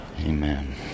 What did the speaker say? Amen